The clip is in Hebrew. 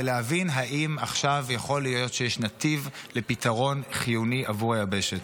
ולהבין אם עכשיו יכול להיות שיש נתיב לפתרון חיוני עבור היבשת.